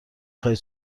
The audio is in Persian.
خواهید